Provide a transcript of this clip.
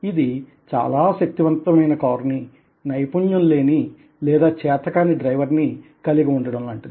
ఇది చాలా శక్తివంతమైనకారునీ నైపుణ్యం లేని లేదా చేతకాని డ్రైవర్ నీ కలిగి ఉండడం వంటిది